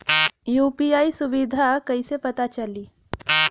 UPI सुबिधा कइसे पता चली?